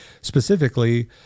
specifically